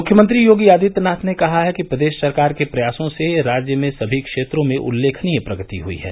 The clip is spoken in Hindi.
मुख्यमंत्री योगी आदित्यनाथ ने कहा है कि प्रदेश सरकार के प्रयासों से राज्य में सभी क्षेत्रों में उल्लेखनीय प्रगति हुई है